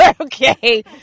okay